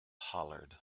hollered